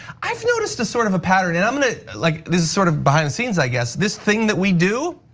i've noticed a sort of a pattern and i'm gonna, like this is sort of behind the scenes, i guess. this thing that we do,